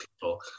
people